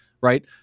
right